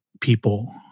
people